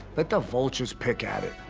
let the vultures pick at it.